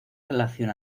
relación